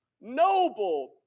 noble